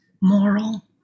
moral